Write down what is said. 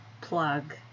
plug